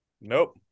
Nope